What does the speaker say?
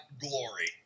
glory